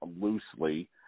loosely